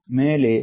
மேலே 0